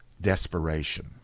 desperation